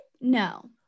No